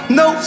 no